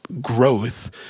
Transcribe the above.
Growth